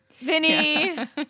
Vinny